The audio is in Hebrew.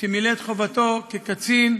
שמילא את חובתו כקצין,